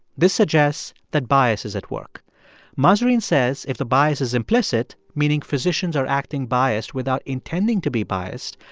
this suggests that bias is at work mahzarin says if the bias is implicit, meaning physicians are acting biased without intending to be biased,